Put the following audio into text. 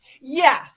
Yes